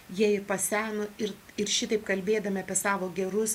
jie i paseno ir ir šitaip kalbėdami apie savo gerus